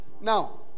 Now